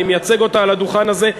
אני מייצג אותה על הדוכן הזה.